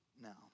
now